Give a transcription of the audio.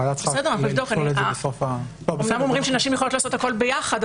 הוועדה צריכה --- אמנם אומרים שנשים יכולות לעשות הכול ביחד,